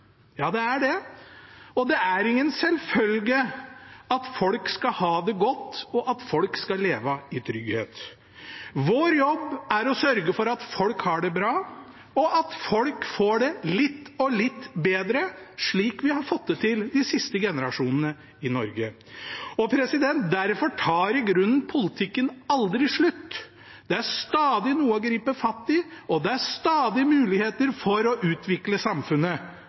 Ja, det er det. Det er ingen selvfølge at folk har det godt, og at folk kan leve i trygghet. Vår jobb er å sørge for at folk har det bra, og at folk får det litt og litt bedre, slik vi har fått det til de siste generasjonene i Norge. Derfor tar i grunnen politikken aldri slutt. Det er stadig noe å gripe fatt i, og det er stadig muligheter for å utvikle samfunnet.